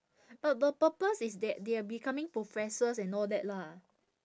but the purpose is that they are becoming professors and all that lah